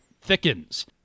thickens